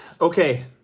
Okay